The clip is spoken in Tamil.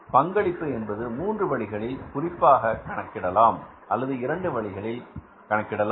பங்களிப்பு என்பது மூன்று வழிகளில் குறிப்பாக கணக்கிடலாம் அல்லது இரண்டு வழிகளில் கணக்கிடலாம்